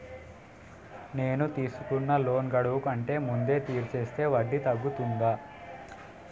నేను తీసుకున్న లోన్ గడువు కంటే ముందే తీర్చేస్తే వడ్డీ తగ్గుతుందా?